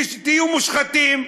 תהיו מושחתים,